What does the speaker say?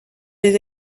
des